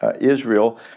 Israel